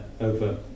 over